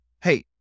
Hey